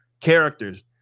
characters